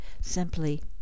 simply